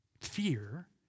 Fear